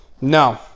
No